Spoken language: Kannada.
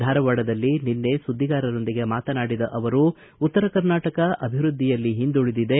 ಧಾರವಾಡದಲ್ಲಿ ನಿನ್ನೆ ಸುದ್ದಿಗಾರರೊಂದಿಗೆ ಮಾತನಾಡಿದ ಅವರು ಉತ್ತರ ಕರ್ನಾಟಕ ಅಭಿವೃದ್ಧಿಯಲ್ಲಿ ಹಿಂದುಳಿದೆ